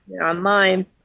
online